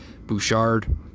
Bouchard